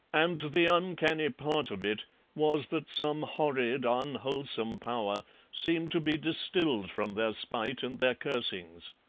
and the uncanny part of it was that some horrid unwholesome power seemed to be distilled from their spite and their cursings.